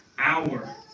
hour